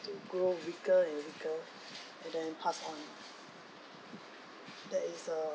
to grow weaker and weaker and then pass on that is uh